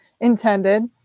intended